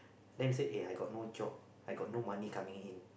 then say eh I got no job I got no money coming in